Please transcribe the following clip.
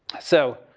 so,